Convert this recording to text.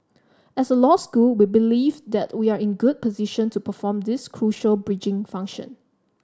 as a law school we believe that we are in good position to perform this crucial bridging function